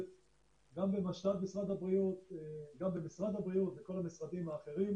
גם במשל"ט משרד הבריאות וגם במשרד הבריאות וכל המשרדים האחרים,